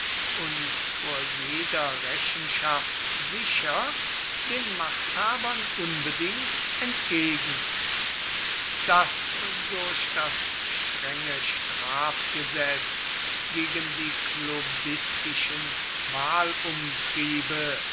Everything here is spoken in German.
und vor jeder rechenschaft sicher den machthabern unbedingt entgegen daß durch das strenge strafgesetz gegen die